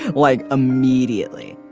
like immediately.